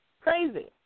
crazy